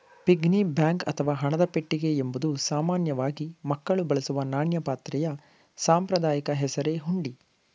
piggy bank ಅಥವಾ ಹಣದ ಪೆಟ್ಟಿಗೆ ಎಂಬುದು ಸಾಮಾನ್ಯವಾಗಿ ಮಕ್ಕಳು ಬಳಸುವ ನಾಣ್ಯ ಪಾತ್ರೆಯ ಸಾಂಪ್ರದಾಯಿಕ ಹೆಸರೇ ಹುಂಡಿ